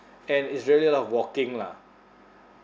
and it's really a lot of walking lah